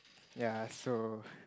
ya so